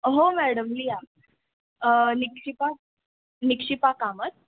हो मॅडम लिहा निक्षिपा निक्षिपा कामत